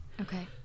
Okay